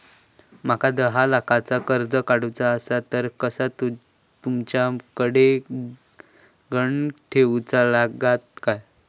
माका दहा लाखाचा कर्ज काढूचा असला तर काय तुमच्याकडे ग्हाण ठेवूचा लागात काय?